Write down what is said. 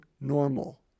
normal